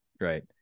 right